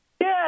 Yes